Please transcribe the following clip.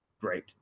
great